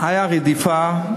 הייתה רדיפה,